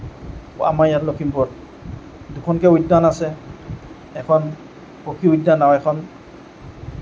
আমাৰ ইয়াত লখিমপুৰত দুখনকৈ উদ্যান আছে এখন পখী উদ্যান আৰু এখন